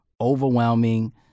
overwhelming